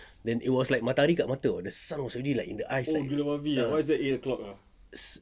then it was like matahari dekat mata the sun was already like in the eyes ya